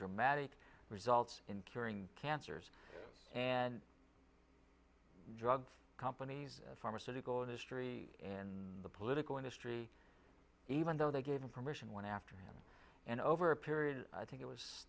dramatic results in curing cancers and drug companies pharmaceutical industry and the political industry even though they gave him permission went after him and over a period i think it was